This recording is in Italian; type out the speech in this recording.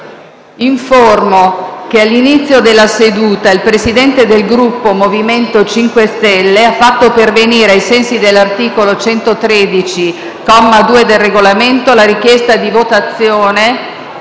che all'inizio della seduta il Presidente del Gruppo MoVimento 5 Stelle ha fatto pervenire, ai sensi dell'articolo 113, comma 2, del Regolamento, la richiesta di votazione